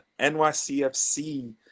NYCFC